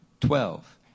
Twelve